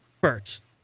first